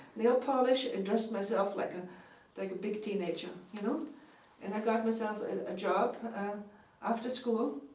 nail polish, and dressed myself like ah like a big teenager. you know and i got myself and a job after school.